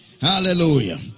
Hallelujah